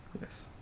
Yes